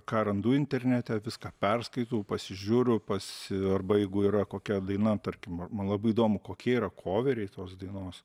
ką randu internete viską perskaitau pasižiūriu pasi arba jeigu yra kokia daina tarkim man labai įdomu kokie yra koveriai tos dainos